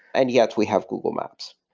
and yet we have google maps.